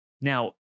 now